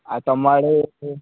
ଆଉ ତୁମ ଆଡ଼େ